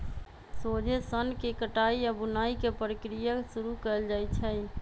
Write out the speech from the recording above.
सोझे सन्न के कताई आऽ बुनाई के प्रक्रिया शुरू कएल जाइ छइ